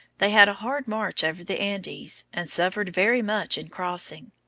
they had a hard march over the andes, and suffered very much in crossing.